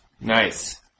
Nice